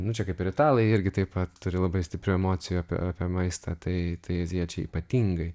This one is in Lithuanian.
nu čia kaip ir italai irgi taip pat turi labai stiprių emocijų apie apie maistą tai tai azijiečiai ypatingai